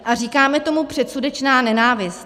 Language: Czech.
A říkáme tomu předsudečná nenávist.